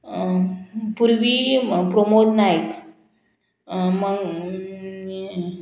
Purvi Pramod Naik